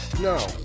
No